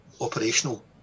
operational